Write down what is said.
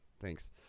Thanks